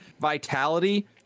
Vitality